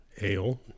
ale